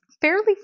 fairly